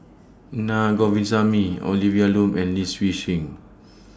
Na Govindasamy Olivia Lum and Lee Seng